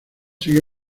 sigue